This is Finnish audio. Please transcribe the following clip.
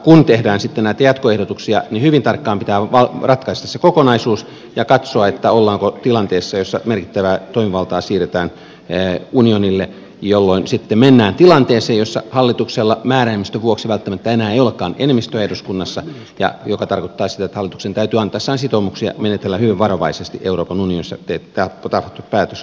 kun tehdään sitten näitä jatkoehdotuksia niin hyvin tarkkaan pitää ratkaista se kokonaisuus ja katsoa ollaanko tilanteessa jossa merkittävää toimivaltaa siirretään unionille jolloin sitten mennään tilanteeseen jossa hallituksella määräenemmistön vuoksi välttämättä enää ei olekaan enemmistöä eduskunnassa mikä tarkoittaa sitä että hallituksen täytyy antaessaan sitoumuksia menetellä hyvin varovaisesti euroopan unioniin liittyvässä päätöksenteossa